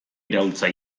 iraultza